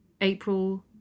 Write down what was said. April